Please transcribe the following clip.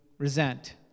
Resent